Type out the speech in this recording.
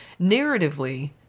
narratively